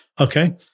okay